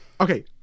okay